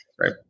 Right